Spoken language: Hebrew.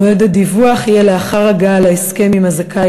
מועד הדיווח יהיה לאחר הגעה להסכם עם הזכאי